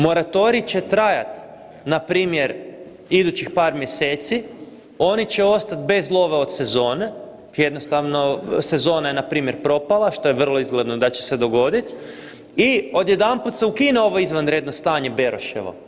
Moratorij će trajati, npr. idućih par mjeseci, oni će ostati bez love od sezone, jednostavno sezona je npr. propala, što je vrlo izgledno da će se dogoditi i odjedanput se ukine ovo izvanredno stanje Beroševo.